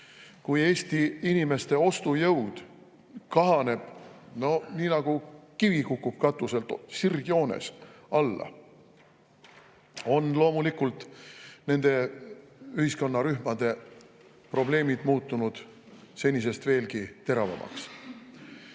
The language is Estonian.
kui Eesti inimeste ostujõud kahaneb nii, nagu kivi kukub katuselt, sirgjoones alla, on loomulikult nende ühiskonnarühmade probleemid muutunud senisest veelgi teravamaks.